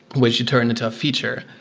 which you turn into a feature.